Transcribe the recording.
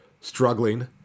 struggling